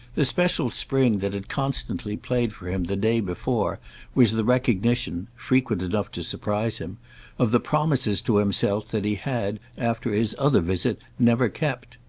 the special spring that had constantly played for him the day before was the recognition frequent enough to surprise him of the promises to himself that he had after his other visit never kept.